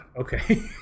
Okay